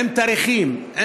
עם תאריכים,